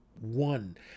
one